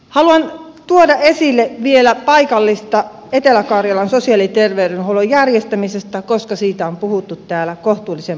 haluan tuoda esille vielä paikallista asiaa etelä karjalan sosiaali ja terveydenhuollon järjestämisestä koska siitä on puhuttu täällä kohtuullisen paljon